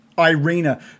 Irina